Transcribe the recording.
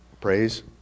Praise